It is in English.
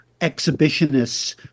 exhibitionists